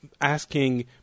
asking